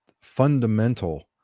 fundamental